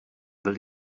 byl